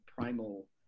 primal